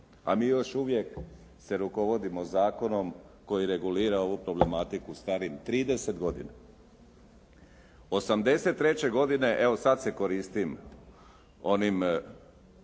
A mi još uvijek se rukovodimo zakonom koji regulira ovu problematiku starim 30 godina. Osamdeset i treće godine, evo sad se koristim onim